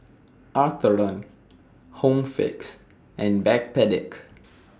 Atherton Home Fix and Backpedic